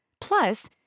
Plus